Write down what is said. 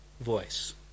voice